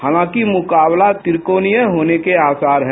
हालांकि मुकाबला त्रिकोणीय होने के आसार हैं